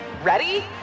Ready